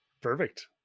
perfect